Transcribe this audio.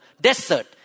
desert